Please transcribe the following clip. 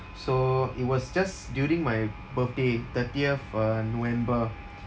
so it was just during my birthday thirtieth uh november